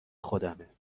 خودمه